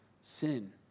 sin